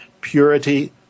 purity